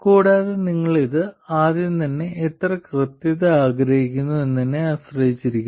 കൂടാതെ ഇത് നിങ്ങൾ ആദ്യം തന്നെ എത്ര കൃത്യത ആഗ്രഹിക്കുന്നു എന്നതിനെ ആശ്രയിച്ചിരിക്കുന്നു